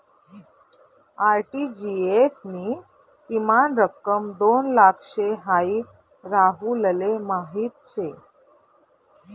RTGS नी किमान रक्कम दोन लाख शे हाई राहुलले माहीत शे